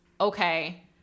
okay